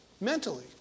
mentally